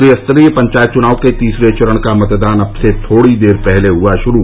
त्रिस्तरीय पंचायत चुनाव के तीसरे चरण का मतदान अब से थोड़ी देर पहले हुआ शुरू